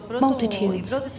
multitudes